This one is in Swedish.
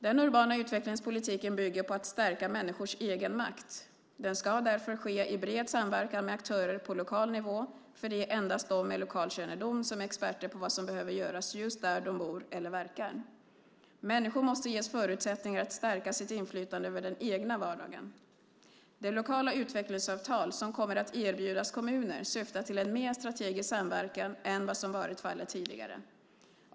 Den urbana utvecklingspolitiken bygger på att stärka människors egenmakt. Den ska därför ske i bred samverkan med aktörer på lokal nivå, för det är endast de med lokalkännedom som är experter på vad som behöver göras just där de bor eller verkar. Människor måste ges förutsättningar att stärka sitt inflytande över den egna vardagen. De lokala utvecklingsavtal som kommer att erbjudas kommuner syftar till en mer strategisk samverkan än vad som varit fallet tidigare.